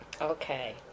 Okay